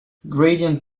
gradient